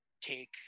take